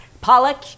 Pollock